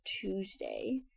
Tuesday